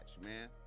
man